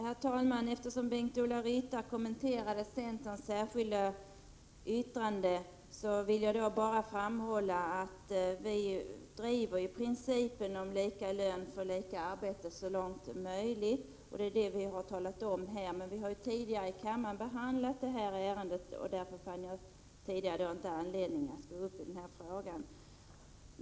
Herr talman! Eftersom Bengt-Ola Ryttar kommenterade centerns särskilda yttrande, vill jag bara framhålla att vi driver principen om lika lön för lika arbete så långt möjligt. Vi har ju tidigare här i kammaren behandlat detta ärende, och därför fann jag tidigare i dag inte anledning att gå upp i denna fråga.